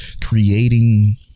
Creating